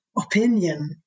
opinion